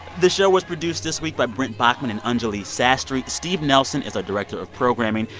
the show was produced this week by brent baughman and anjuli sastry. steve nelson is our director of programming.